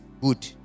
good